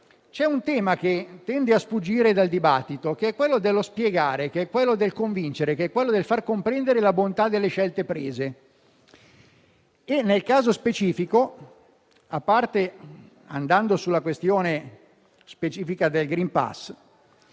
c'è un tema che tende a sfuggire dal dibattito, quello dello spiegare, del convincere, del far comprendere la bontà delle scelte prese. Nel caso specifico, passando alla questione specifica del *green pass*,